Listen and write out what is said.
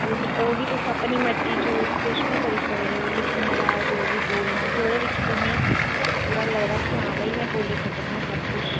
ओह् ते ओह् बी तुस अपनी मरज़ी चूज किश बी करी सकदे ओ लिखने दा जो बी बोलना जेह्दे बिच्च तुसेंई पूरा लगदा हां कि भई में बोली सकनी आं सब कुछ